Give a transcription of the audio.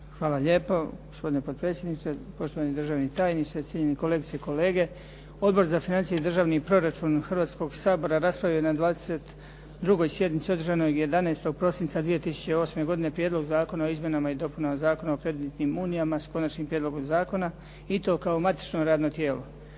Hvala lijepo gospodine potpredsjedniče, poštovani državni tajniče, cijenjeni kolegice i kolege. Odbor za financije i državni proračun Hrvatskoga sabora raspravio je na 22. sjednici održanoj 11. prosinca 2008. godine Prijedlog zakona o izmjenama i dopunama Zakona o kreditnim unijama sa konačnim prijedlogom zakona i to kao matično radno tijelo.